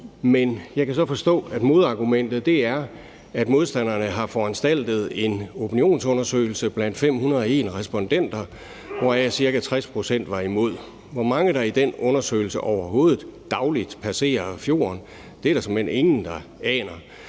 Jeg kan så forstå, at modargumentet er, at modstanderne har foranstaltet en opinionsundersøgelse blandt 501 respondenter, hvoraf ca. 60 pct. var imod. Hvor mange der i den undersøgelse overhovedet dagligt passerer fjorden, er der ingen der aner.